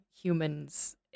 humans